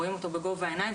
רואים אותו בגובה העיניים,